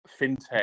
fintech